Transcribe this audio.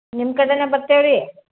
ನಿಮ್ಮ ಕಡೆನೇ ಬರ್ತೇವೆ ರೀ